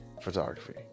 photography